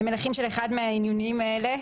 (2) מלחים של אחד מהאניונים האלה: